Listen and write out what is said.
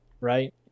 right